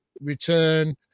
return